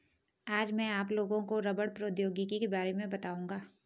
आज मैं आप लोगों को रबड़ प्रौद्योगिकी के बारे में बताउंगा